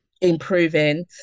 improving